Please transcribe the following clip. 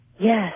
Yes